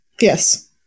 yes